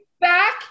back